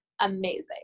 amazing